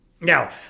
Now